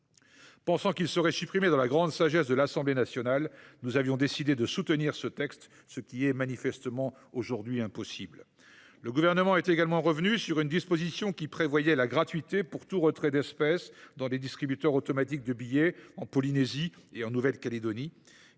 Pensant qu’il serait supprimé par la grande sagesse de l’Assemblée nationale, nous avions décidé de soutenir ce texte, ce qui est manifestement aujourd’hui impossible. Le Gouvernement est également revenu sur une disposition qui prévoyait la gratuité pour tout retrait d’espèces dans des distributeurs automatiques de billets en Polynésie et en Nouvelle Calédonie.